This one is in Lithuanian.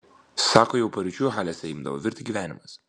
sako jau paryčiui halėse imdavo virti gyvenimas